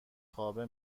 خوابه